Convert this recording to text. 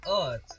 earth